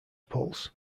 pulse